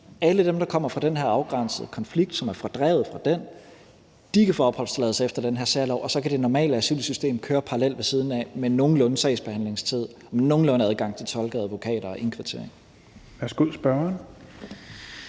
Alle dem, der kommer fra den her afgrænsede konflikt, som er fordrevet af den, kan få opholdstilladelse efter den her særlov, og så kan det normale asylsystem køre parallelt ved siden af med en nogenlunde sagsbehandlingstid og en nogenlunde adgang til tolke og advokater og indkvartering. Kl. 16:06 Fjerde